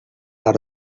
out